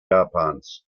japans